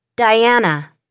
Diana